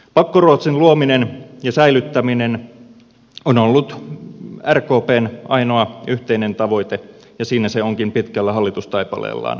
pakkoruotsin luominen ja säilyttäminen on ollut rkpn ainoa yhteinen tavoite ja siinä se onkin pitkällä hallitustaipaleellaan onnistunut hyvin